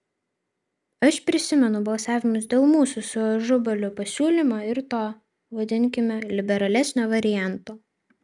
aš prisimenu balsavimus dėl mūsų su ažubaliu pasiūlymo ir to vadinkime liberalesnio varianto